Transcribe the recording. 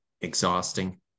exhausting